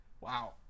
wow